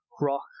rock